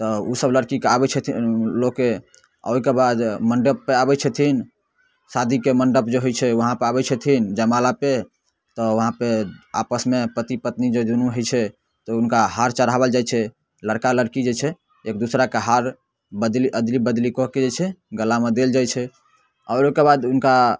तऽ उ सभ लड़कीके आबै छथिन लोकके आओर ओइके बाद मण्डपपर आबै छथिन शादीके मण्डप जे होइ छै उहाँपर आबै छथिन जयमालापर तऽ उहाँपर आपसमे पति पत्नी जे दुनू होइ छै तऽ हुनका हार चढ़ाबल जाइ छै लड़का लड़की जे छै एक दोसराके हार बद अदली बदली कऽके जे छै गलामे देल जाइ छै आओर ओइके बाद उनका